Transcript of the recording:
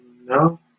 No